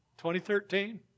2013